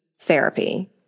therapy